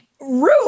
rude